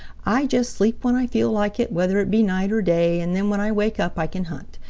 i just sleep when i feel like it, whether it be night or day, and then when i wake up i can hunt.